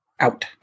out